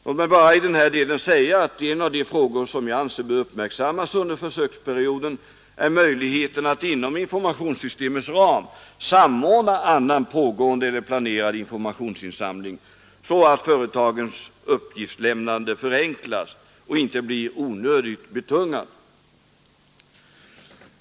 Låt mig bara i denna del säga att en av de frågor som jag anser bör uppmärksammas inom försöksverksamheten är möjligheterna att inom informationssystemets ram samordna annan pågående eller planerad informationsinsamling så att företagens uppgiftslämnande förenklas och inte blir onödigt betungande.